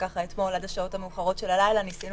שאתמול עד השעות המאוחרות של הלילה ניסינו